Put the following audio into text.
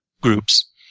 groups